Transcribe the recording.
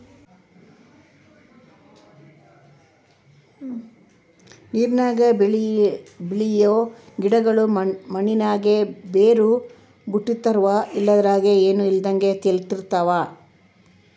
ನೀರಿನಾಗ ಬೆಳಿಯೋ ಗಿಡುಗುಳು ಮಣ್ಣಿನಾಗ ಬೇರು ಬುಟ್ಟಿರ್ತವ ಇಲ್ಲಂದ್ರ ಏನೂ ಇಲ್ದಂಗ ತೇಲುತಿರ್ತವ